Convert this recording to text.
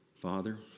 Father